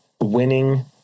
winning